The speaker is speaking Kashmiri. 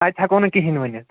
تَتہِ ہٮ۪کو نہٕ کِہیٖنۍ ؤنِتھ